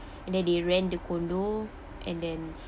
and then they rent the condo and then